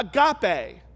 agape